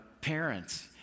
parents